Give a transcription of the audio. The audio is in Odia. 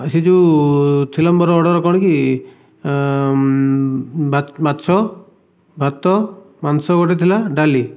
ସେ ଯେଉଁ ଥିଲା ମୋର ଅର୍ଡ଼ର କ'ଣ କି ମାଛ ଭାତ ମାଂସ ଗୋଟିଏ ଥିଲା ଡାଲି